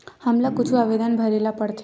हमला कुछु आवेदन भरेला पढ़थे?